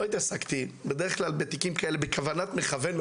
לא התעסקתי בדרך כלל במקרים כאלה בכוונת מכוון.